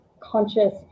Conscious